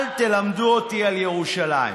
אל תלמדו אותי על ירושלים.